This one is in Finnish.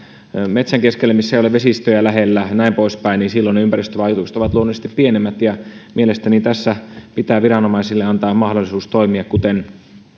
metsän keskelle missä ei ole vesistöjä lähellä tai näin poispäin niin silloin ne ympäristövaikutukset ovat luonnollisesti pienemmät mielestäni tässä pitää viranomaisille antaa mahdollisuus toimia kuten